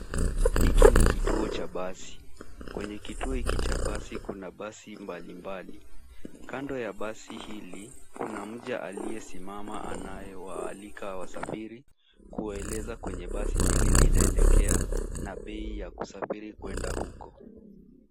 Hiki ni kituo cha basi. Kwenye kituo hiki cha basi kuna basi mbalimbali. Kando ya basi hili, kuna mja aliyesimama anayewaalika wasafiri kuwaeleza kwenye basi hili linaelekea, na bei ya kusafiri kwenda huko.